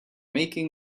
making